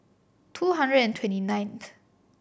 two hundred and twenty ninth